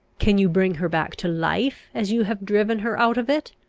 can you bring her back to life, as you have driven her out of it?